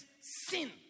sin